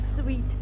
sweet